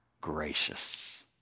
gracious